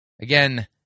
Again